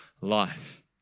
life